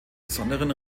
besonderen